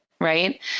Right